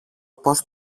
πώς